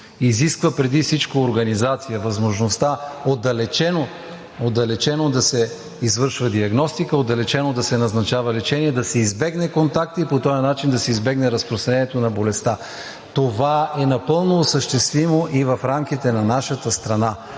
Изисква преди всичко организация – възможността отдалечено да се извършва диагностика, отдалечено да се назначава лечение, да се избегне контактът и по този начин да се избегне разпространението на болестта. Това е напълно осъществимо и в рамките на нашата страна.